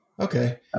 Okay